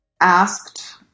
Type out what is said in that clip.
asked